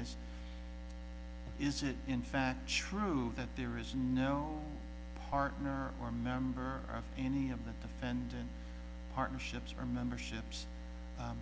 is is it in fact true that there is no partner or member of any of the defendant partnerships or memberships